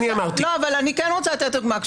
אני כן רוצה לתת דוגמה.